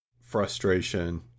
frustration